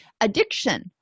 addiction